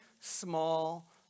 small